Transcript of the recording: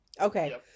Okay